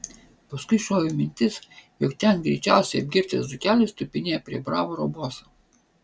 paskui šovė mintis jog ten greičiausiai apgirtęs dzūkelis tupinėja prie bravoro boso